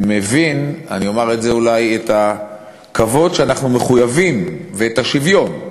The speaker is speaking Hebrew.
מבין את הכבוד שאנחנו מחויבים בו, ואת השוויון,